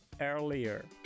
earlier